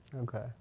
okay